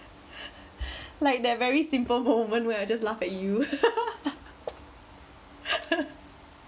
like that very simple moment when I just laugh at you